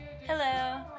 Hello